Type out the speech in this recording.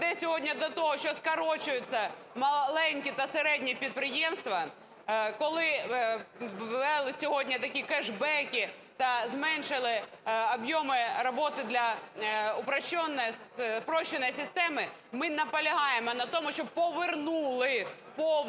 веде сьогодні до того, що скорочуються маленькі та середні підприємства, коли ввели сьогодні такі кешбеки та зменшили об'єми роботи для спрощеної системи, ми наполягаємо на тому, щоб повернули в повному